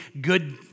good